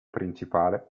principale